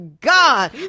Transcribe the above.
God